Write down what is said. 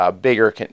bigger